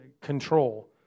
control